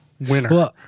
Winner